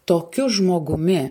tokiu žmogumi